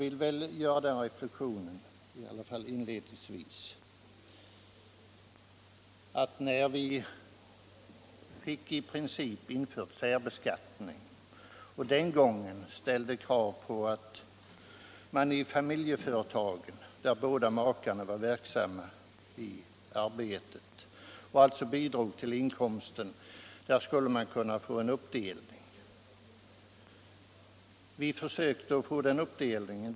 När särbeskattning för makar infördes ställde vi krav på en uppdelning av inkomsterna för makar som var verksamma i familjeföretag och alltså båda bidrog till inkomsten. Det förslaget gick inte igenom den gången.